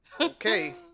Okay